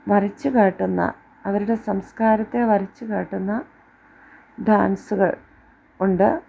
വരച്ചുകാട്ടുന്ന അവരുടെ സംസ്കാരത്തെ വരച്ചുകാട്ടുന്ന ഡാൻസുകൾ ഉണ്ട്